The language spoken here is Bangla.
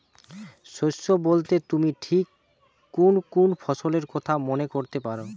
শস্য বোলতে তুমি ঠিক কুন কুন ফসলের কথা মনে করতে পার?